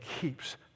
keeps